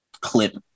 clip